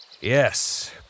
Yes